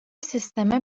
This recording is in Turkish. sisteme